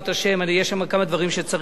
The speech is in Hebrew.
יש שם כמה דברים שצריך לעשות.